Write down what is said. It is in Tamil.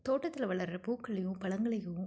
தோட்டத்தில் வளர்ற பூக்களையும் பழங்களையும்